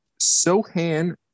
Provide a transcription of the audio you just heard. Sohan